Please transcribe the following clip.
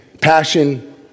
Passion